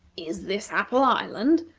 is this apple island?